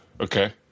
okay